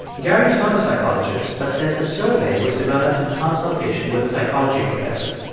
gary's not a psychologist but says the survey was developed in consultation with a psychology professor.